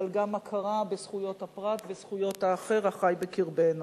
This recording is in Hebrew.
אבל גם הכרה בזכויות הפרט וזכויות האחר החי בקרבנו.